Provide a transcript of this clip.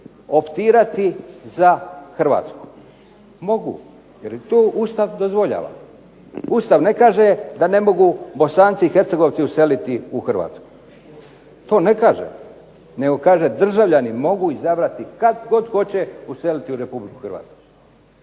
optirati za Hrvatsku? Mogu, jer im to Ustav dozvoljava. Ustav ne kaže da ne mogu Bosanci i Hercegovci useliti u Hrvatsku, to ne kaže. Nego kaže državljani mogu izabrati kad god hoće useliti u RH. Ako je to